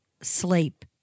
sleep